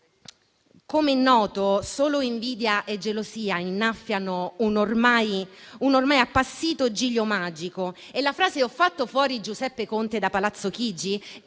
Come noto, solo invidia e gelosia innaffiano un ormai appassito giglio magico e la frase «ho fatto fuori Giuseppe Conte da Palazzo Chigi»